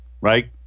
right